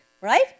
right